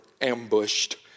ambushed